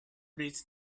reach